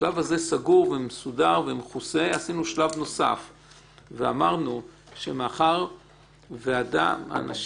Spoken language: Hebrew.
השלב הזה סגור ומסודר ומכוסה ואמרנו שמאחר ואנשים